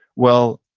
well,